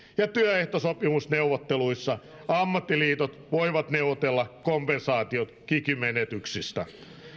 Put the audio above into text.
ja työehtosopimusneuvotteluissa ammattiliitot voivat neuvotella kompensaatiot kiky menetyksistä